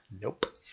nope